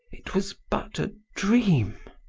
it was but a dream!